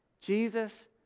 Jesus